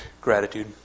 gratitude